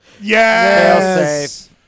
Yes